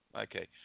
Okay